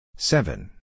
Seven